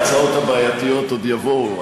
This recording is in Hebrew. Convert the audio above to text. ההצעות הבעייתיות עוד יבואו.